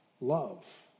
Love